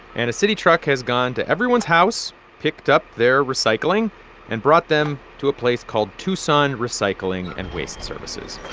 and a city truck has gone to everyone's house, picked up their recycling and brought them to a place called tucson recycling and waste services